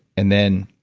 and then,